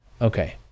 Okay